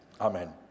Amen